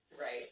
Right